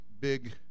big